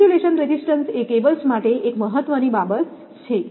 insulation resistance એ cables માટે એક મહત્વની બાબત છે